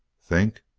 think?